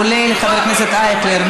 כולל חבר הכנסת אייכלר,